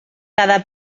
cada